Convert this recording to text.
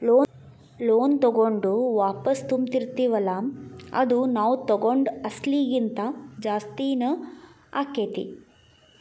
loan ತಗೊಂಡು ವಾಪಸೆನ್ ತುಂಬ್ತಿರ್ತಿವಲ್ಲಾ ಅದು ನಾವ್ ತಗೊಂಡ್ ಅಸ್ಲಿಗಿಂತಾ ಜಾಸ್ತಿನ ಆಕ್ಕೇತಿ